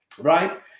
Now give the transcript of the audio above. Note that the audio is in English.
right